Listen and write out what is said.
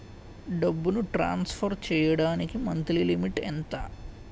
డబ్బును ట్రాన్సఫర్ చేయడానికి monthly limit ఎంత?